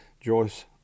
Joyce